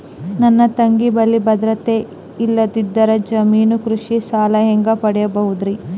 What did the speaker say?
ನನ್ನ ತಂಗಿ ಬಲ್ಲಿ ಭದ್ರತೆ ಇಲ್ಲದಿದ್ದರ, ಜಾಮೀನು ಕೃಷಿ ಸಾಲ ಹೆಂಗ ಪಡಿಬೋದರಿ?